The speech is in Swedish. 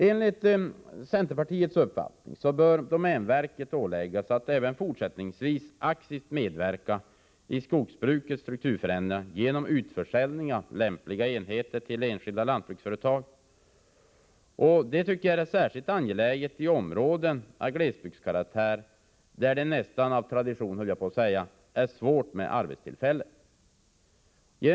Enligt centerpartiets uppfattning bör domänverket åläggas att även fortsättningsvis aktivt medverka i skogsbrukets strukturförändringar genom utförsäljning av lämpliga enheter till enskilda lantbruksföretag. Detta tycker jag är särskilt angeläget i områden av glesbygdskaraktär, där det — jag höll nästan på att säga av tradition — är svårt med arbetstillfällen.